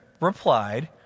replied